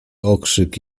okrzyk